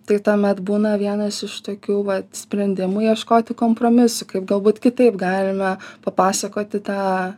tai tuomet būna vienas iš tokių va sprendimų ieškoti kompromisų kaip galbūt kitaip galime papasakoti tą